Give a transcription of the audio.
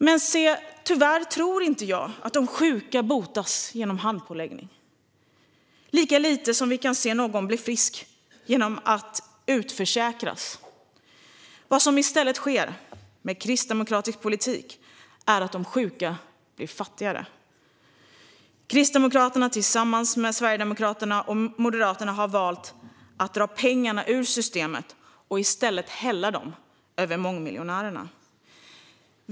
Men tyvärr tror inte jag att de sjuka botas genom handpåläggning, lika lite som vi kan se någon bli frisk genom att utförsäkras. Vad som i stället sker, med kristdemokratisk politik, är att de sjuka blir fattigare. Kristdemokraterna, tillsammans med Sverigedemokraterna och Moderaterna, har valt att dra pengarna ur systemet och i stället hälla dem över mångmiljonärerna.